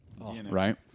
right